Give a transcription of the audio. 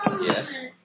Yes